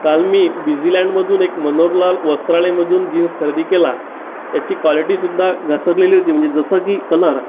काल मी बिझीलँडमधून एक मनोहरलाल वस्त्रालय मधून जिन्स खरदी केला त्याची क्वालिटी सुध्दा घसरलेली होती म्हणजे जसं की कलर